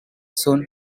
soon